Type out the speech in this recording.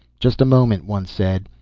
just a moment one said.